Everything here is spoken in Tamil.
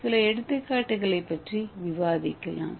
சில எடுத்துக்காட்டுகளைப் பற்றி விவாதிக்கலாம்